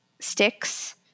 sticks